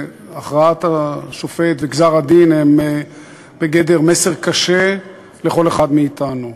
והכרעת השופט וגזר-הדין הם בגדר מסר קשה לכל אחד מאתנו.